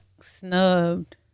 snubbed